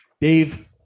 Dave